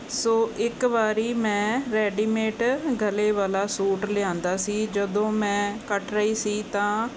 ਸੋ ਇੱਕ ਵਾਰ ਮੈਂ ਰੈਡੀਮੇਟ ਗਲੇ ਵਾਲਾ ਸੂਟ ਲਿਆਂਦਾ ਸੀ ਜਦੋਂ ਮੈਂ ਕੱਟ ਰਹੀ ਸੀ ਤਾਂ